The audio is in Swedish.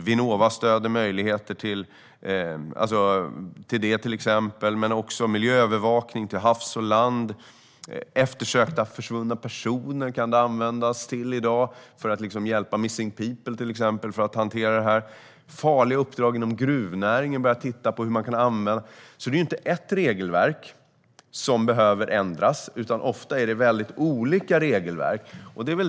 Vinnova stöder möjligheter till det. Den kan också användas för miljöövervakning över hav och land. Drönarteknik kan användas vid eftersökningar av försvunna personer, till exempel för att hjälpa Missing People. Och man har börjat titta på hur man skulle kunna använda den vid farliga uppdrag inom gruvnäringen. Det är alltså inte ett regelverk som behöver ändras. Ofta är det väldigt olika regelverk.